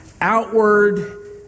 outward